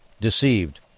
deceived